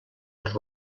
els